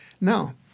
now